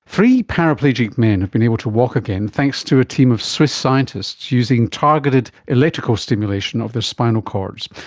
three paraplegic men have been able to walk again thanks to a team of swiss scientists using targeted electrical stimulation of their spinal cords.